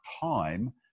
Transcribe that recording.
time